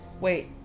Wait